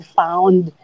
found